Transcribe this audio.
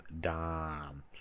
Dom